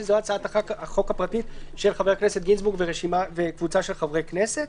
שזו הצעת החוק הפרטית של חבר הכנסת גינזבורג וקבוצת חברי כנסת,